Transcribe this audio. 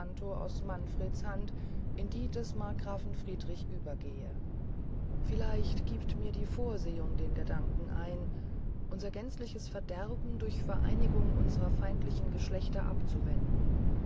aus manfreds hand in die des markgrafen friedrich übergehe vielleicht giebt mir die vorsehung den gedanken ein unser gänzliches verderben durch vereinigung unsrer feindlichen geschlechter abzuwenden